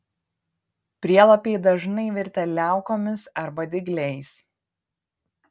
prielapiai dažnai virtę liaukomis arba dygliais